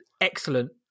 excellent